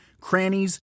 crannies